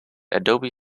adobe